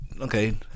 okay